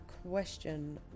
Question